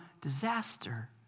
disaster